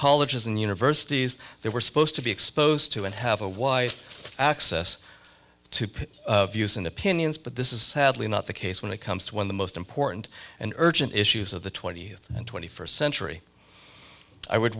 colleges and universities they were supposed to be exposed to and have a wife access to views and opinions but this is sadly not the case when it comes to one the most important and urgent issues of the twentieth and twenty first century i would